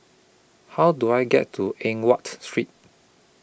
How Do I get to Eng Watt Street